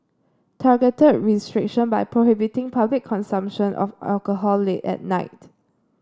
targeted restriction by prohibiting public consumption of alcohol late at night